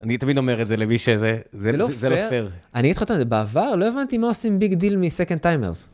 אני תמיד אומר את זה למי שזה, זה לא פייר. אני אתחלתי על זה בעבר, לא הבנתי מה עושים ביג דיל מסקנד טיימרס.